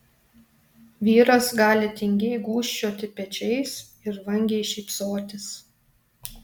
vyras gali tingiai gūžčioti pečiais ir vangiai šypsotis